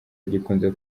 gikunze